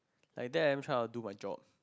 like that I am try of do my job